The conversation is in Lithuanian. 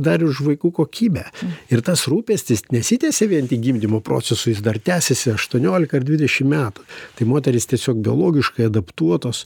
dar už vaikų kokybę ir tas rūpestis nesitęsia vien tik gimdymo procesu jis dar tęsiasi aštuoniolika ar dvidešim metų tai moterys tiesiog biologiškai adaptuotos